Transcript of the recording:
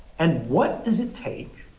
and what does it take